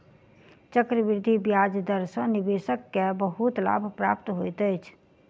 चक्रवृद्धि ब्याज दर सॅ निवेशक के बहुत लाभ प्राप्त होइत अछि